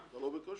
אתה לא בכושר?